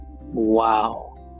Wow